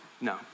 No